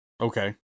Okay